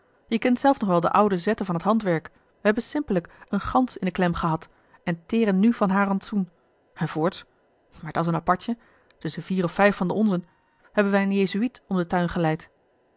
je kent zelf nog wel de oude zetten van het handwerk wij hebben simpelijk eene gans in de klem gehad en teren nu van haar rantsoen en voorts maar dat's een apartje tusschen vier of vijf van de onzen hebben wij een jezuïet om den tuin geleid